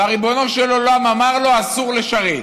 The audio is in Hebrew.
והריבונו של עולם אמר לו: אסור לשרת.